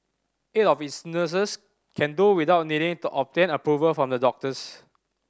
eight of its nurses can do without needing to obtain approval from the doctors